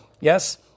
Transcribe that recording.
Yes